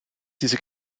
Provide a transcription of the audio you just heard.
diese